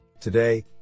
Today